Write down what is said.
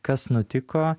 kas nutiko